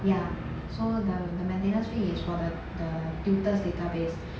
ya so the the maintenance fee is for the the tutor database